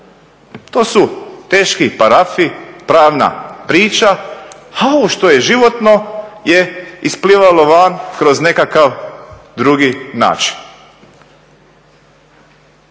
to su teški parafi, pravna priča a ovo što je životno je isplivalo van kroz nekakav drugi način.